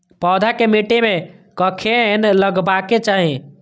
पौधा के मिट्टी में कखेन लगबाके चाहि?